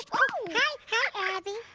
oh hi abby.